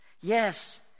yes